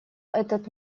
этот